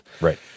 right